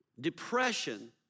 depression